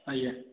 ଆଜ୍ଞା